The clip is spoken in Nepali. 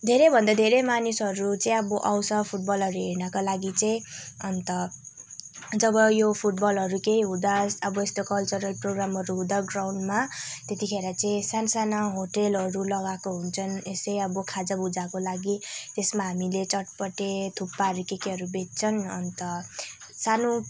धेरैभन्दा धेरै मानिसहरू चाहिँ अब आउँछ फुटबलहरू हेर्नको लागि चाहिँँ अन्त जब यो फुटबलहरू केही हुँदा अब यस्तो कल्चरल प्रोग्रामहरू हुँदा ग्राउन्डमा त्यतिखेर चाहिँ सानसानो होटलहरू लगाएको हुन्छन् यस्तै अब खाजाभुजाको लागि त्यसमा हामीले चटपटे थुक्पाहरू के केहरू बेच्छन् अन्त सानो